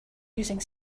using